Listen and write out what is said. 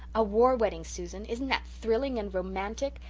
a war-wedding, susan isn't that thrilling and romantic?